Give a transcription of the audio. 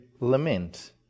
lament